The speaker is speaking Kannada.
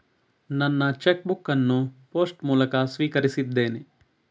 ನನ್ನ ಚೆಕ್ ಬುಕ್ ಅನ್ನು ಪೋಸ್ಟ್ ಮೂಲಕ ಸ್ವೀಕರಿಸಿದ್ದೇನೆ